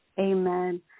Amen